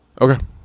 Okay